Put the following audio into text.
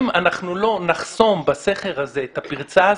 אם לא נחסום בסכר הזה את הפרצה,